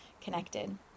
connected